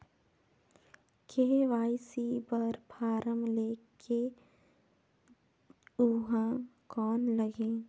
KYC बर फारम ले के ऊहां कौन लगही?